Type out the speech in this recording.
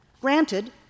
Granted